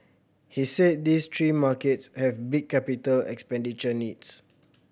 he said these three markets have big capital expenditure needs